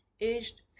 aged